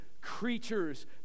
creatures